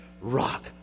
rock